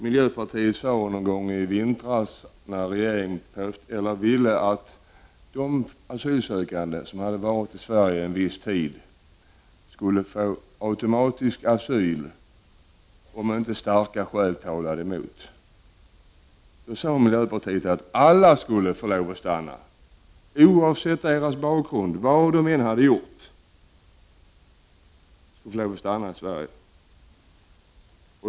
Miljöpartiet sade någon gång i vintras, när regeringens företrädare ville att de asylsökande som hade varit i Sverige en viss tid automatiskt skulle få asyl om inte starka skäl talade emot, att alla skall få lov att stanna i Sverige, oavsett deras bakgrund och vad de än har gjort.